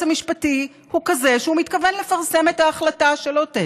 המשפטי הוא כזה שהוא מתכוון לפרסם את ההחלטה שלו,